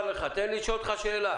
תן לי לשאול אותך שאלה.